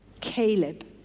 Caleb